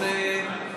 אני רוצה לומר